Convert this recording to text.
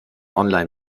online